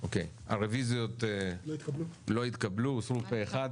הרביזיות לא התקבלו פה אחד.